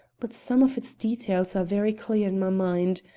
but some of its details are very clear in my mind.